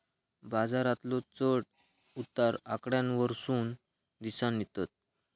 बाजारातलो चढ उतार आकड्यांवरसून दिसानं येतत